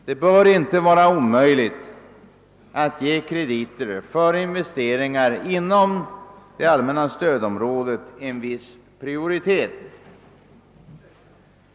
Det bör inte vara omöjligt att ge krediter för investeringar inom det allmänna stödområdet en viss prioritet.